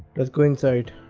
let's go inside